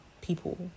people